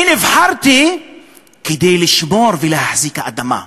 אני נבחרתי כדי לשמור ולהחזיק את האדמה.